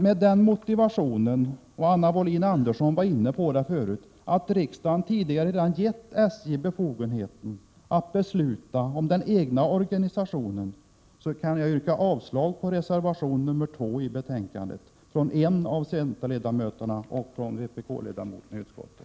Med den motivationen — Anna Wohlin-Andersson var inne på detta tidigare — att riksdagen tidigare gett SJ befogenheten att besluta om den egna organisationen yrkar jag avslag på reservation 2 från en av centerledamöterna och vpk-ledamoten i utskottet.